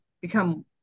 become